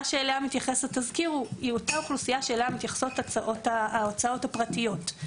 שאליה מתייחס התזכיר היא אותה אוכלוסייה שאליה מתייחסות ההצעות הפרטיות.